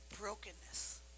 brokenness